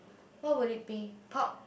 what would it be pop